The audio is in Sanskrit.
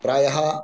प्रायः